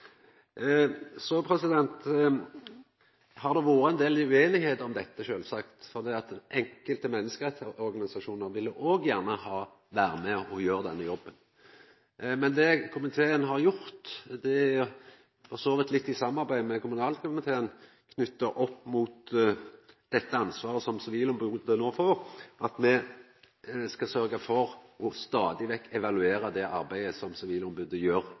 Så har det vore ein del usemje om dette, sjølvsagt, for enkelte menneskerettsorganisasjonar ville òg vera med og gjera jobben. Men det komiteen har gjort, er for så vidt litt i samarbeid med kommunalkomiteen knytt til dette ansvaret som Sivilombodsmannen no får, at me skal sørgja for stadig vekk å evaluera det arbeidet som Sivilombodsmannen gjer